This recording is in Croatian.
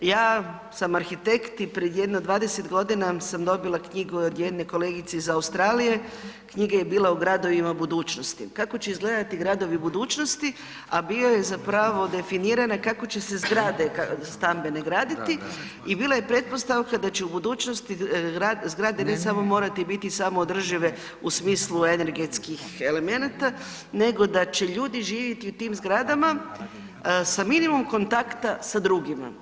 Ja sam arhitekt i prije jedno 20 godina sam dobila knjigu od jedne kolegice iz Australije, knjiga je bila o gradovima budućnosti, kako će izgledati gradovi budućnosti, a bio je zapravo definirana kako će se zgrade stambene graditi i bila je pretpostavka da će su budućnosti zgrade bit, samo morati biti samoodržive u smislu energetskih elemenata, nego da će ljudi živjeti u tim zgradama s minimum kontakta sa drugima.